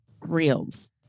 reels